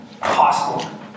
possible